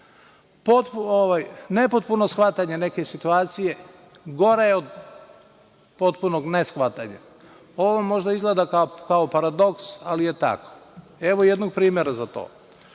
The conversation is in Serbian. Nepotpuno shvatanje neke situacije gore je od potpunog neshvatanja. Ovo možda izgleda kao paradoks, ali je tako. Evo jednog primera za to.